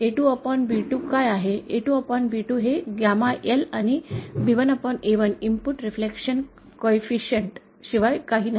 A2B2 काय आहे A2B2 हे गामा L आणि B1A1 इनपुट रिफ्लेक्शन कॉइफिसिन्ट शिवाय काही नाही